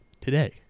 today